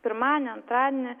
pirmadienį antradienį